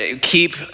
keep